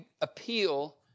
appeal